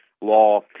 law